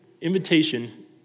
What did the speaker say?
invitation